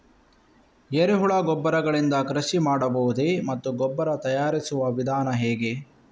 ಎರೆಹುಳು ಗೊಬ್ಬರ ಗಳಿಂದ ಕೃಷಿ ಮಾಡಬಹುದೇ ಮತ್ತು ಗೊಬ್ಬರ ತಯಾರಿಸುವ ವಿಧಾನ ಹೇಗೆ?